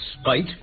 spite